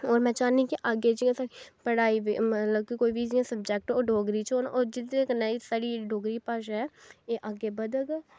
और में चाह्न्नी कि अग्गैं जेह्की असैं पढ़ाई मतलव कि जियां बी कोई सबजैक्ट ओह् डोगरी च होन और जेह्दे कन्नै साढ़ी डोगरी भाशा ऐ एह् अग्गैं बधग